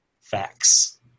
Facts